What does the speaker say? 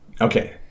Okay